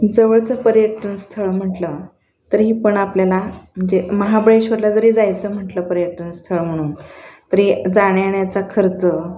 जवळचं पर्यटन स्थळ म्हटलं तरीही पण आपल्याला म्हणजे महाबळेश्वरला जरी जायचं म्हटलं पर्यटन स्थळ म्हणून तरी जाण्या येण्याचा खर्च